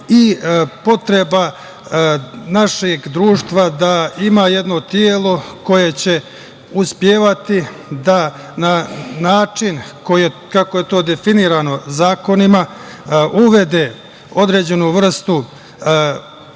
i potreba našeg društva da ima jedno telo koje će uspevati da na način kako je to definisano zakonima, uvede određenu vrstu